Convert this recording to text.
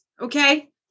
okay